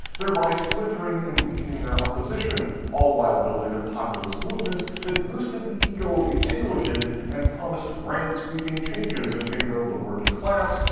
thereby splintering and weakening their opposition all while building a populist movement that boosted the ego of the anglican and promised grand sweeping changes in the favor of the working class,